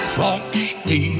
Frosty